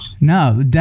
No